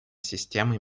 системы